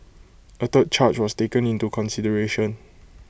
A third charge was taken into consideration